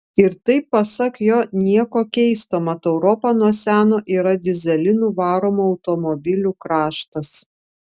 ir tai pasak jo nieko keisto mat europa nuo seno yra dyzelinu varomų automobilių kraštas